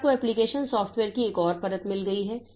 फिर आपको application software की एक और परत मिल गई है